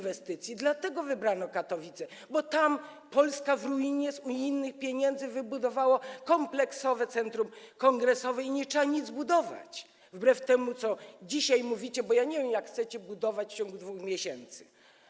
Wybrano Katowice, bo tam „Polska w ruinie” z unijnych pieniędzy wybudowała kompleksowe centrum kongresowe i nie trzeba nic budować, wbrew temu, co dzisiaj mówicie, zresztą nie wiem, jak chcecie wybudować coś w ciągu 2 miesięcy.